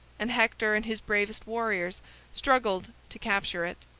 and hector and his bravest warriors struggled to capture it.